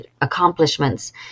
accomplishments